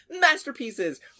masterpieces